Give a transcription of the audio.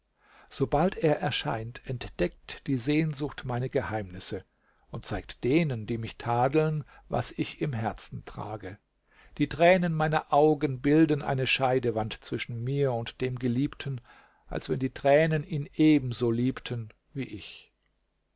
sobald er erscheint entdeckt die sehnsucht meine geheimnisse und zeigt denen die mich tadeln was ich im herzen trage die tränen meiner augen bilden eine scheidewand zwischen mir und dem geliebten als wenn die tränen ihn eben so liebten wie ich